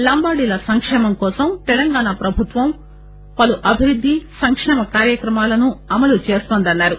లంబాడీల సంకేమం కోసం తెలంగాణ ప్రభుత్వం పలు అభివృద్ధి సంకేమ కార్యక్రమాలను అమలు చేస్తోందని అన్నారు